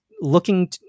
looking